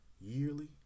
yearly